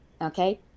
Okay